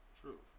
True